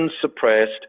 suppressed